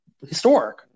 historic